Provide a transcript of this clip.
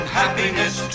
happiness